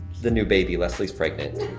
the new baby, leslie's pregnant.